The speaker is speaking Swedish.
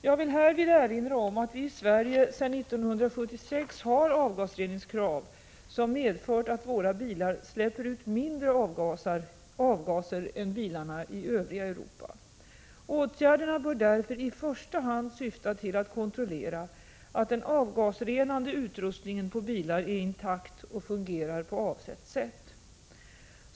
Jag vill härvid erinra om att vi i Sverige sedan 1976 har avgasreningskrav som medfört att våra bilar släpper ut mindre avgaser än bilarna i övriga Europa. Åtgärderna bör därför i första hand syfta till att kontrollera att den avgasrenande utrustningen på bilar är intakt och fungerar på avsett sätt.